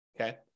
okay